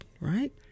right